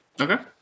Okay